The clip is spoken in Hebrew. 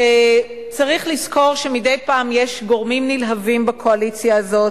שצריך לזכור שמדי פעם יש גורמים נלהבים בקואליציה הזאת,